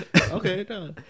Okay